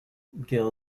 gil